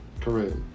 correct